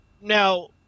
now